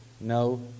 No